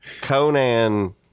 Conan